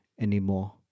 anymore